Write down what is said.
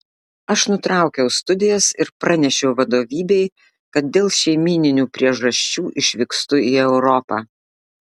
aš nutraukiau studijas ir pranešiau vadovybei kad dėl šeimyninių priežasčių išvykstu į europą